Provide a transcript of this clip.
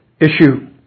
issue